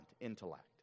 intellect